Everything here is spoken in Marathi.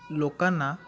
लोकांना